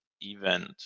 event